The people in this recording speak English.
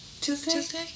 Tuesday